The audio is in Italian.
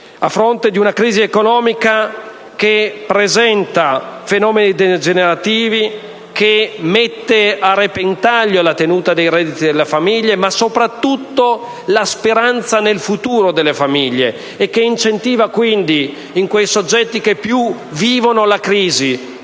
a fronte di una crisi economica che presenta fenomeni degenerativi, che mette a repentaglio la tenuta dei redditi delle famiglie, ma soprattutto la loro speranza di queste nel futuro e che incentiva quindi, nei soggetti che maggiormente vivono la crisi